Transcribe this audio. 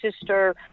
sister